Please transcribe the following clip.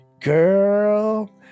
Girl